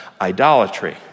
idolatry